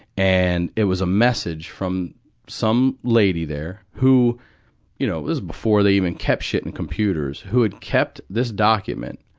and it was a message from some lady there, who, you know this was before they even kept shit in computers, who had kept this document,